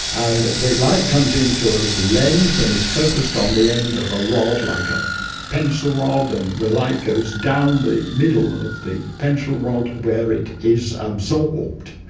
and the light comes in through a little lens and is focused on the end of a rod, like a pencil rod and the light goes down the middle of the pencil rod where it is absorbed,